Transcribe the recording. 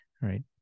right